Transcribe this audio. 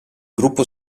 gruppo